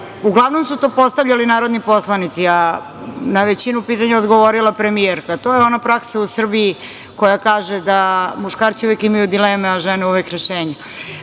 uglavnom su to postavljali narodni poslanici, a na većinu pitanja odgovorila je premijerka. To je ona praksa u Srbiji koja kaže da muškarci uvek imaju dileme, a žene uvek rešenje. Probaću